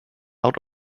out